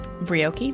Brioche